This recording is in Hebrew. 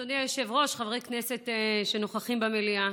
אדוני היושב-ראש, חברי הכנסת שנוכחים במליאה,